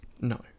No